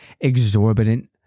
exorbitant